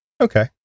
Okay